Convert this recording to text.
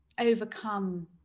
overcome